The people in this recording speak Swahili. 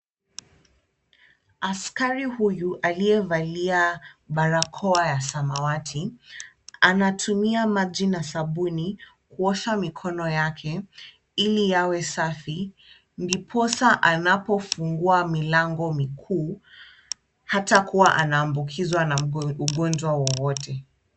Askari huyu aliyevalia barakoa ya samawati anatumia maji na sabuni kuosha mikono yake ili awe safi ndiposa anapofungua milango mikuu hatakuwa anaambukizwa na ugonjwa wowote.